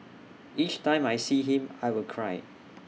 each time I see him I will cry